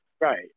Right